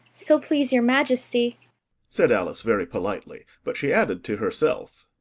so please your majesty said alice very politely but she added, to herself,